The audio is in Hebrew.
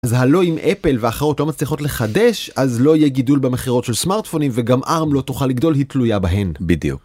אז הלא אם אפל ואחרות לא מצליחות לחדש, אז לא יהיה גידול במכירות של סמארטפונים וגם ARM לא תוכל לגדול, היא תלויה בהן. בדיוק.